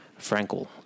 Frankel